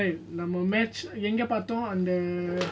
I was there with you right எங்கபார்த்தோம்அந்த:enga parthom andha